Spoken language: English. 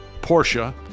Porsche